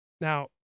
Now